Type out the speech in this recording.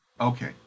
Okay